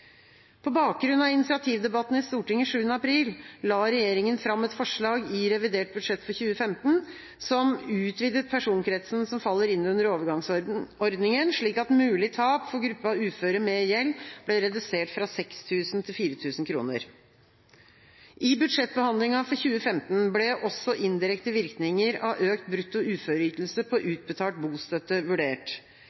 På bakgrunn av initiativdebatten i Stortinget 7. april la regjeringa fram et forslag i revidert budsjett for 2015 som utvidet personkretsen som faller inn under overgangsordninga, slik at mulig tap for gruppa uføre med gjeld ble redusert fra 6 000 kr til 4 000 kr. I budsjettbehandlinga for 2015 ble også indirekte virkninger av økt brutto uføreytelse på utbetalt bostøtte vurdert.